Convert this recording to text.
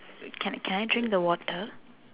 like can can I drink the water